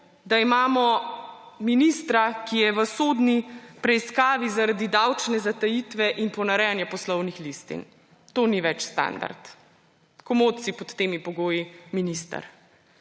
da imamo ministra, ki je v sodni preiskavi zaradi davčne zatajitve in ponarejanja poslovnih listih, to ni več standard. Komot si pod temi pogoji minister.